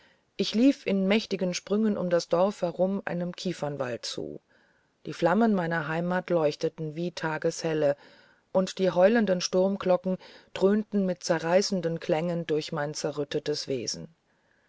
ich lief in mächtigen sprüngen um das dorf herum einem kiefernwald zu die flammen meiner heimat leuchteten wie tageshelle und die heulenden sturmglocken dröhnten mit zerreißenden klängen durch mein zerrüttetes wesen